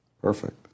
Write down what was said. Perfect